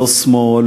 לא שמאל,